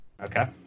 Okay